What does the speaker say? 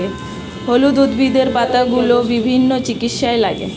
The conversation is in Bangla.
হলুদ উদ্ভিদের পাতাগুলো বিভিন্ন চিকিৎসায় লাগে